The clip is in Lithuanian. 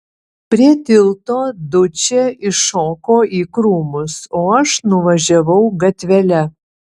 prie tilto dučė iššoko į krūmus o aš nuvažiavau gatvele